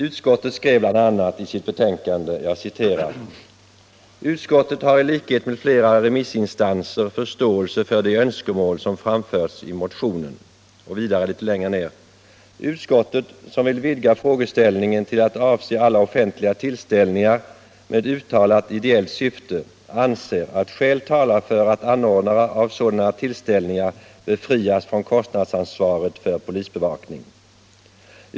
”Utskottet har i likhet med flera remissinstanser förståelse för de önskemål som framförts i motionerna. ——-- Utskottet, som vill vidga frågeställningen till att avse alla offentliga tillställningar med uttalat ideellt syfte, anser att skäl talar för att anordnare av sådana tillställningar befrias från kostnadsansvaret för polisbevakning.